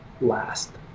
last